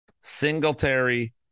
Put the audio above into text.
Singletary